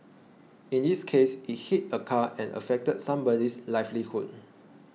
in this case it hit a car and affected somebody's livelihood